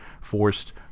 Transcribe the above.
forced